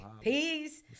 Peace